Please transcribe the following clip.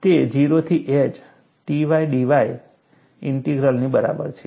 તે 0 થી h Ty dy ઇન્ટિગ્રલની બરાબર છે